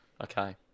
okay